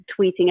tweeting